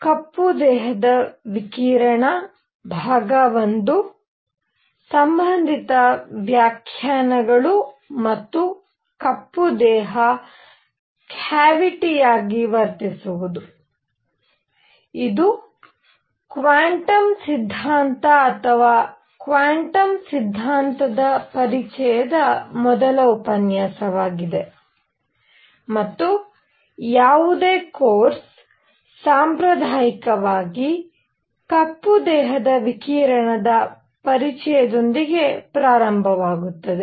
ಕಪ್ಪು ದೇಹ ವಿಕಿರಣ I ಸಂಬಂಧಿತ ವ್ಯಾಖ್ಯಾನಗಳು ಮತ್ತು ಕಪ್ಪು ದೇಹ ಕ್ಯಾವಿಟಿ ಯಾಗಿ ವರ್ತಿಸುವುದು ಇದು ಕ್ವಾನ್ಟಮ್ ಸಿದ್ಧಾಂತ ಅಥವಾ ಕ್ವಾನ್ಟಮ್ ಸಿದ್ಧಾಂತದ ಪರಿಚಯದ ಮೊದಲ ಉಪನ್ಯಾಸವಾಗಿದೆ ಮತ್ತು ಯಾವುದೇ ಕೋರ್ಸ್ ಸಾಂಪ್ರದಾಯಿಕವಾಗಿ ಕಪ್ಪು ದೇಹದ ವಿಕಿರಣದ ಪರಿಚಯದೊಂದಿಗೆ ಪ್ರಾರಂಭವಾಗುತ್ತದೆ